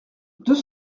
deux